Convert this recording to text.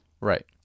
Right